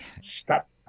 Stop